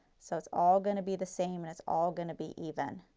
so it's all going to be the same and it's all going to be even.